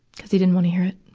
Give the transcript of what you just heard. cuz he didn't wanna hear it.